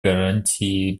гарантий